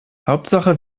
hauptsache